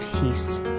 peace